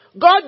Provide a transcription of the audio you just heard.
God